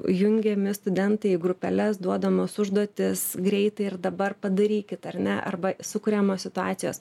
jungiami studentai į grupeles duodamos užduotys greitai ir dabar padarykit ar ne arba sukuriamos situacijos